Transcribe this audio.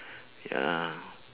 ya